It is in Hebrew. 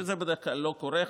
שזה בדרך כלל לא קורה,